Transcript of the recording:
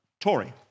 Tory